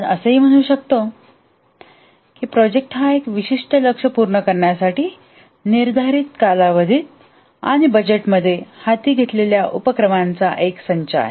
आपण असेही म्हणू शकतो की प्रोजेक्ट हा विशिष्ट लक्ष्ये पूर्ण करण्यासाठी निर्धारित कालावधीत आणि बजेट मध्ये हाती घेतलेला उपक्रमांचा एक संच आहे